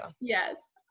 Yes